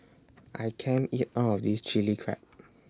I can't eat All of This Chilli Crab